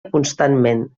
constantment